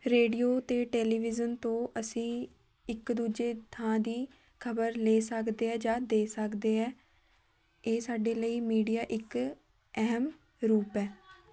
radio ਅਤੇ television ਤੋਂ ਅਸੀਂ ਇੱਕ ਦੂਜੇ ਥਾਂ ਦੀ ਖਬਰ ਲੈ ਸਕਦੇ ਆ ਜਾਂ ਦੇ ਸਕਦੇ ਹੈ ਇਹ ਸਾਡੇ ਲਈ ਮੀਡੀਆ ਇੱਕ ਅਹਿਮ ਰੂਪ ਹੈ